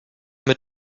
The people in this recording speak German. mit